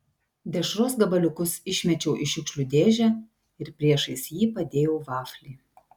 dešros gabaliukus išmečiau į šiukšlių dėžę ir priešais jį padėjau vaflį